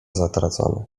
zatracone